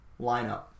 lineup